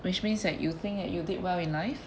which means that you think that you did well in life